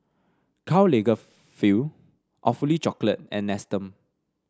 Karl Lagerfeld Awfully Chocolate and Nestum